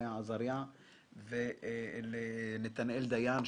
ולנתנאל דיין.